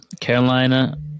Carolina